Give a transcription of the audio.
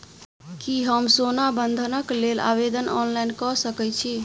की हम सोना बंधन कऽ लेल आवेदन ऑनलाइन कऽ सकै छी?